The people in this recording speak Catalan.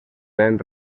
ben